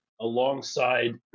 alongside